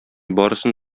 барысын